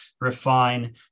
refine